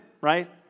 right